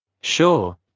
Sure